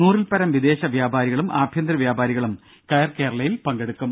നൂറിൽപരം വിദേശ വ്യാപാരികളും ആഭ്യന്തര വ്യാപാരികളും കയർ കേരളയിൽ പങ്കെടുക്കും